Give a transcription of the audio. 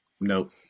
Nope